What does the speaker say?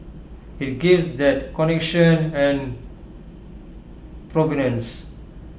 IT gives that connection and provenance